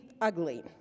ugly